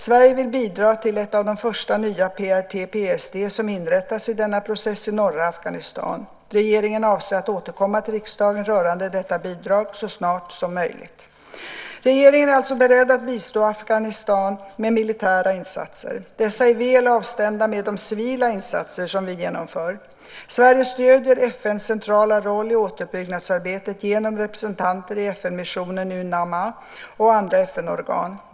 Sverige vill bidra till ett av de första nya PRT/PST som inrättas i denna process i norra Afghanistan. Regeringen avser att återkomma till riksdagen rörande detta bidrag så snart som möjligt. Regeringen är alltså beredd att bistå Afghanistan med militära insatser. Dessa är väl avstämda med de civila insatser som vi genomför. Sverige stöder FN:s centrala roll i återuppbyggnadsarbetet genom representanter i FN-missionen Unama och andra FN-organ.